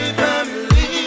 family